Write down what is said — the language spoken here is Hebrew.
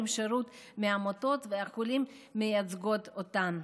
שירות מעמותות החולים שמייצגות אותם.